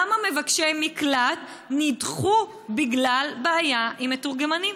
כמה מבקשי מקלט נדחו בגלל בעיה עם מתורגמנים?